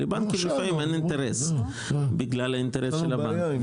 כי לבנקים לפעמים אין לי אינטרס בגלל האינטרס של הבנקים.